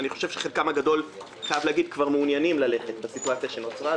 אני חושב שחלקם הגדול מעוניינים ללכת בסיטואציה שנוצרה.